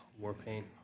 Warpaint